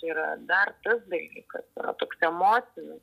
tai yra dar tas dalykas yra toks emocinis